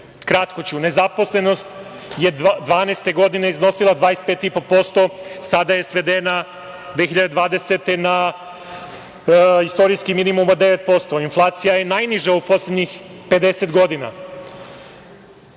kratko ću. Nezaposlenost je 2012. godine iznosila 25,5%, sada je svedena 2020. godine na istorijski minimum od 9%, inflacija je najniža u poslednjih 50 godina,